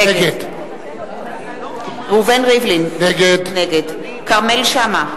נגד ראובן ריבלין, נגד כרמל שאמה,